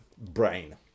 Brain